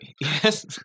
Yes